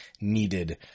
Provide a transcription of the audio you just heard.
needed